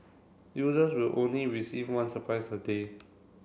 users will only receive one surprise a day